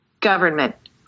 government